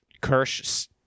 Kirsch